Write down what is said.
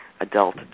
adult